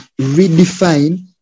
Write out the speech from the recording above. redefine